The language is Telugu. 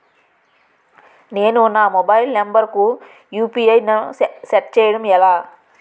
నేను నా మొబైల్ నంబర్ కుయు.పి.ఐ ను సెట్ చేయడం ఎలా?